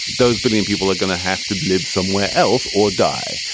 those billion people are going to have to live somewhere else or die.